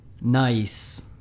Nice